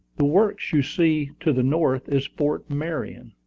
the works you see to the north is fort marion.